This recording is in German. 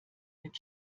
mit